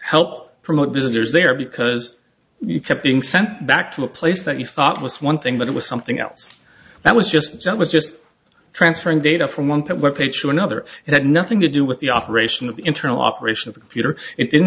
help promote visitors there because you kept being sent back to a place that you thought was one thing but it was something else that was just so it was just transferring data from one pet web page to another and had nothing to do with the operation of the internal operation of the computer it didn't